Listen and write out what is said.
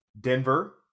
Denver